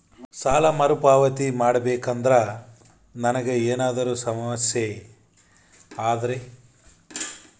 ಸಾಲ ಮರುಪಾವತಿ ಮಾಡಬೇಕಂದ್ರ ನನಗೆ ಏನಾದರೂ ಸಮಸ್ಯೆ ಆದರೆ?